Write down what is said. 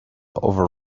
over